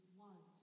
want